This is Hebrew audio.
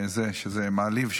אני חושב שזה מעליב,